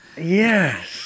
Yes